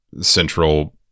central